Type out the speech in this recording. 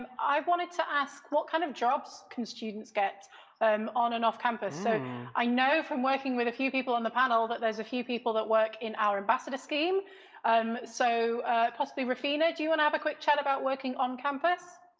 i wanted to ask what kind of jobs can students get and on and off campus? so yeah i know from working with a few people on the panel that there's a few people that work in our ambassador scheme um so possibly ruphina, do you want to and have a quick chat about working on campus?